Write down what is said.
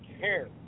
care